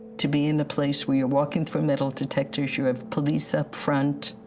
to be in a place, we are walking through metal detectors, you have police up front.